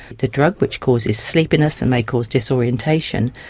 the drug, which causes sleepiness and may cause disorientation,